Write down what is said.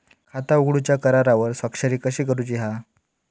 खाता उघडूच्या करारावर स्वाक्षरी कशी करूची हा?